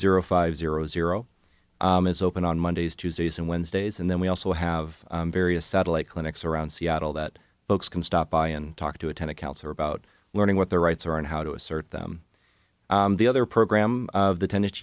zero five zero zero is open on mondays tuesdays and wednesdays and then we also have various satellite clinics around seattle that folks can stop by and talk to attend a counselor about learning what their rights are and how to assert them the other program of